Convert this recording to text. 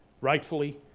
rightfully